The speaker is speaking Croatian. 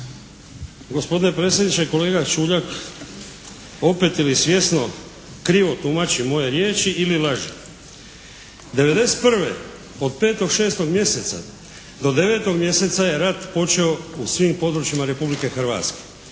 Gospodine predsjedniče kolega Čuljak opet ili svjesno krivo tumači moje riječi ili laže. 1991. od 5., 6. mjeseca do 9. mjeseca je rat počeo u svim područjima Republike Hrvatske.